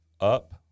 Up